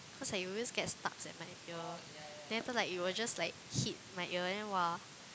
cause like it always get stucks at my ear then after like it will just like hit my ear then !wah!